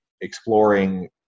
exploring